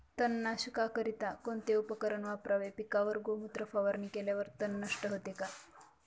तणनाशकाकरिता कोणते उपकरण वापरावे? पिकावर गोमूत्र फवारणी केल्यावर तण नष्ट होते का?